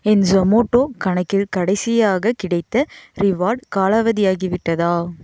என் Zomato கணக்கில் கடைசியாகக் கிடைத்த ரிவார்ட் காலாவதியாகி விட்டதா